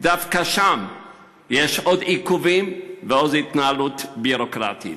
דווקא שם יש עוד עיכובים ועוד התנהלות ביורוקרטית.